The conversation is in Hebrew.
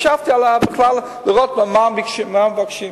ישבתי לראות מה בכלל מבקשים.